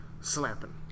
slapping